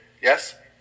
Yes